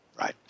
Right